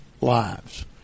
lives